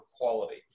quality